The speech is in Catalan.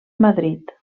madrid